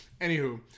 Anywho